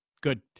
good